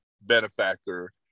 benefactor